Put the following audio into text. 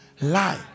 lie